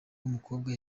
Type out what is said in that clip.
w’umukobwa